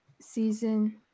season